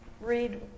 read